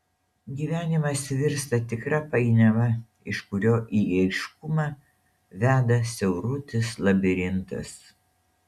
gyvenimas virsta tikra painiava iš kurio į aiškumą veda siaurutis labirintas